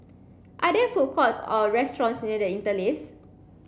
are there food courts or restaurants near The Interlace